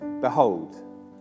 Behold